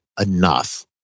enough